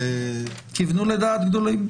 כל הדוברים כיוונו לדעת גדולים.